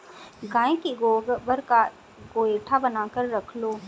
गाय के गोबर का गोएठा बनाकर रख लो